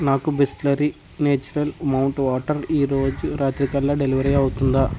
నాకు Bisleri natural mount water ఈరోజు రాత్రికల్లా డెలివరీ అవుతుందా